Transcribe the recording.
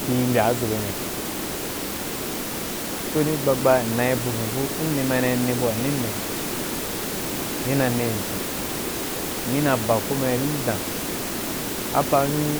Kui mbya aʒo ya nyaken ba so ni gbagba m nai vo vo vou in ni mai ne bu wa ne ne ni ne sansan ni na be ko ma ge ridan apa dʒun